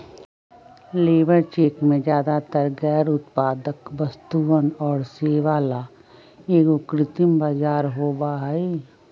labour चेक में ज्यादातर गैर उत्पादक वस्तुअन और सेवा ला एगो कृत्रिम बाजार होबा हई